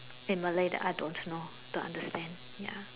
in Malay that I don't know don't understand ya